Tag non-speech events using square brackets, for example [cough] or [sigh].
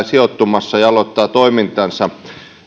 [unintelligible] sijoittumassa ja jolla aloittaa toimintansa